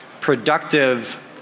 productive